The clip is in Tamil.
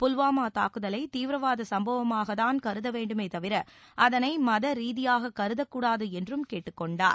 புல்வாமா தாக்குதலை தீவிரவாத சம்பவமாகத் தான் கருத வேண்டுமே தவிர அதனை மத ரீதியாக கருதக்கூடாது என்றும் கேட்டுக் கொண்டார்